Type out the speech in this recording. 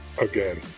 Again